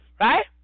Right